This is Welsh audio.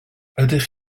ydych